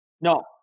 No